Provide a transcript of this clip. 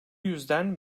yüzden